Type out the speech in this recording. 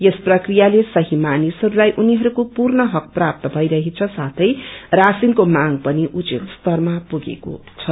यस प्रक्रियाले सही मानिसहरूलाई उनीहरूको पूर्ण हक प्राप्त भइरहेछ साथै राशिनको माग पनि उचित स्तरमा पुगेको छ